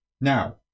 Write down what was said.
Now